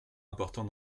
important